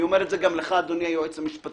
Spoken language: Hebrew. אני אומר את זה גם לך אדוני היועץ המשפטי,